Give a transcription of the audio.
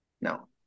No